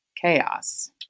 chaos